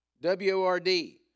W-O-R-D